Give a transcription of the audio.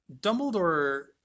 dumbledore